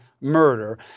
murder